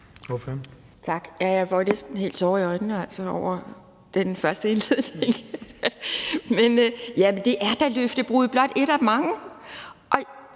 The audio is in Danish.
Tak. Ja, jeg får jo næsten helt tårer i øjnene over den første indledning. Men det er da et løftebrud, blot et af mange,